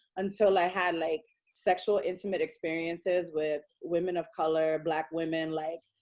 until i had like sexual intimate experiences with women of color, black women, like